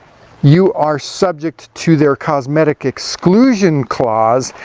you are subject to their cosmetic exclusion clause,